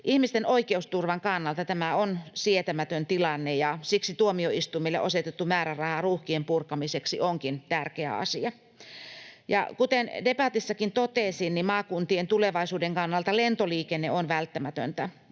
Ihmisten oikeusturvan kannalta tämä on sietämätön tilanne, ja siksi tuomioistuimille osoitettu määräraha ruuhkien purkamiseksi onkin tärkeä asia. Ja kuten debatissakin totesin, maakuntien tulevaisuuden kannalta lentoliikenne on välttämätöntä.